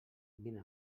vine